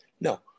No